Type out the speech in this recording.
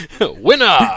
Winner